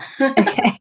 okay